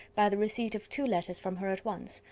by the receipt of two letters from her at once,